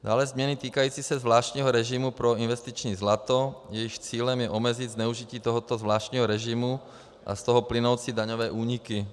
Dále změny týkající se zvláštního režimu pro investiční zlato, jejichž cílem je omezit zneužití tohoto zvláštního režimu a z toho plynoucí daňové úniky.